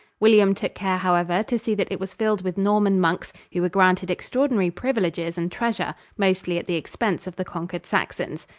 william took care, however, to see that it was filled with norman monks, who were granted extraordinary privileges and treasure, mostly at the expense of the conquered saxons.